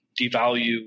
devalue